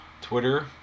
Twitter